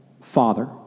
Father